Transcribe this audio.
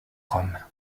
rome